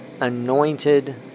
anointed